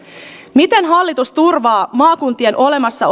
miten hallitus turvaa maakuntien olemassa